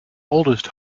oldest